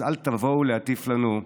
אז אל תבואו להטיף לנו,